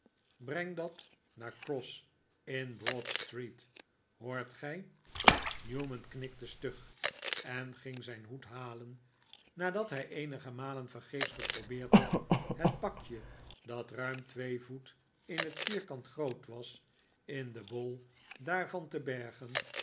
breng het naar cross in broad street hoort gij newman knikte stug en ging zijn hoed halen nadat hij eenige malen vergeefs geprobeerd had het pakje dat ruim twee voet in het vierkant groot was in den bol daarvan te bergen